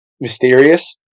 mysterious